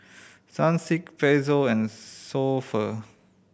Sunsilk Pezzo and So Pho